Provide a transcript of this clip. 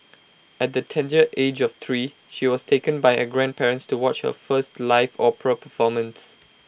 at the tender age of three she was taken by her grandparents to watch her first live opera performance